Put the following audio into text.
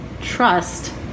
trust